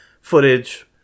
footage